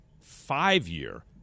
five-year